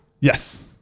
Yes